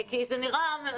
היכן זה עומד.